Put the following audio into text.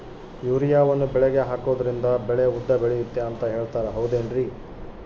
ಯೂರಿಯಾವನ್ನು ಬೆಳೆಗೆ ಹಾಕೋದ್ರಿಂದ ಬೆಳೆ ಉದ್ದ ಬೆಳೆಯುತ್ತೆ ಅಂತ ಹೇಳ್ತಾರ ಹೌದೇನ್ರಿ?